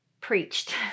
preached